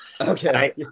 Okay